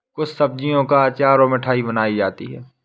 कुछ सब्जियों का अचार और मिठाई बनाई जाती है